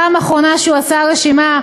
בפעם האחרונה שהוא עשה רשימה,